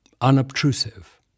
unobtrusive